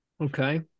Okay